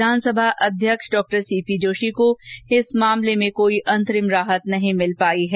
विधानसभा अध्यक्ष सीपी जोशी को इस मामले में कोई अंतरिम राहत नहीं मिल पाई है